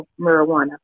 marijuana